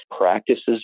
practices